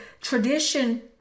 tradition